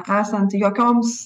esant jokioms